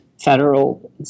federal